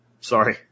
Sorry